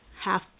half